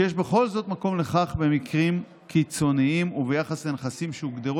יש בכל זאת מקום לכך במקרים קיצוניים וביחס לנכסים שהוגדרו